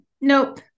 nope